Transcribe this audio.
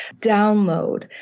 download